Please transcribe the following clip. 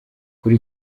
kuri